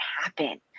happen